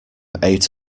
eight